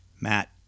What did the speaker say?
Matt